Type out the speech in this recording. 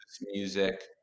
music